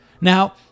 Now